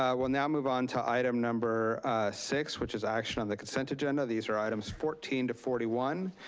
um we'll now move onto item number six, which is action on the consent agenda. these are items fourteen to forty one.